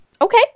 Okay